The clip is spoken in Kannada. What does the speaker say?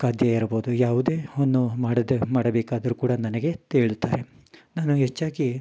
ಖಾದ್ಯ ಇರಬಹುದು ಯಾವುದೇ ಒಂದು ಮಾಡೋದು ಮಾಡಬೇಕಾದರೂ ಕೂಡ ನನಗೆ ಹೇಳುತ್ತಾರೆ ನಾನು ಹೆಚ್ಚಾಗಿ